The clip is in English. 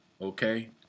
okay